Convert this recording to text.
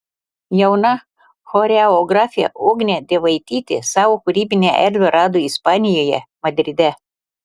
jauna choreografė ugnė dievaitytė savo kūrybinę erdvę rado ispanijoje madride